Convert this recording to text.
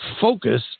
focus